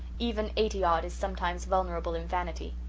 even eighty-odd is sometimes vulnerable in vanity.